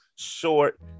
short